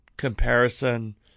comparison